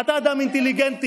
אתה אדם אינטליגנטי